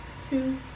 Two